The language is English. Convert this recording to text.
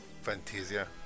Fantasia